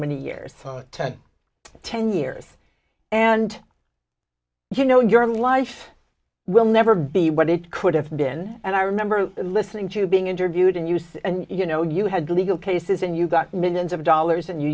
many years phone ten ten years and you know your life will never be what it could have been and i remember listening to you being interviewed and use and you know you had legal cases and you got millions of dollars and you